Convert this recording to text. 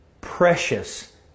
precious